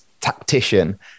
tactician